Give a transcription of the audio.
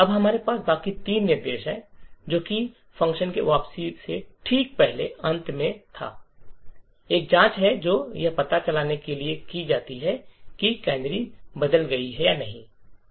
अब हमारे पास बाकी तीन निर्देश हैं जैसा कि समारोह से वापसी से ठीक पहले और अंत में था एक जांच है जो यह पता लगाने के लिए की जाती है कि कैनरी बदल गई है या नहीं